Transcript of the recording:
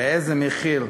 באיזה מחיר?